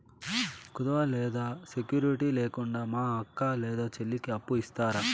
కుదువ లేదా సెక్యూరిటి లేకుండా మా అక్క లేదా చెల్లికి అప్పు ఇస్తారా?